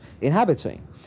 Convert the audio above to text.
inhabiting